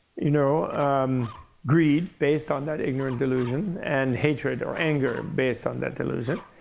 you know um greed based on that ignorant delusion, and hatred or anger based on that delusion,